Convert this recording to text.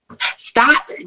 Stop